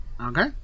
Okay